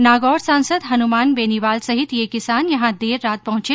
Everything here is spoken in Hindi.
नागौर सांसद हनुमान बेनीवाल सहित ये किसान यहॉ देर रात पहुंचे